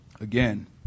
again